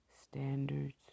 standards